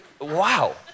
wow